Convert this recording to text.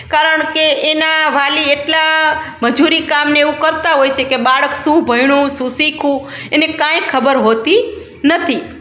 કારણ કે એના વાલી એટલા મજૂરી કામને એવું કરતાં હોય છે કે બાળક શું ભણ્યો શું શીખું એને કાંઈ ખબર હોતી નથી